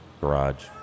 garage